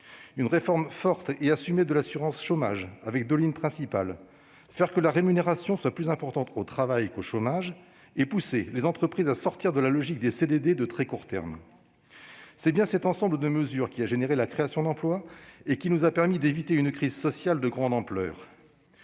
une réforme forte et assumée de l'assurance chômage, avec deux lignes principales : faire que la rémunération soit plus importante au travail qu'au chômage, et pousser les entreprises à sortir de la logique des CDD de très court terme. C'est bien cet ensemble de mesures qui a entraîné la création d'emplois et qui nous a permis d'éviter une crise sociale de grande ampleur.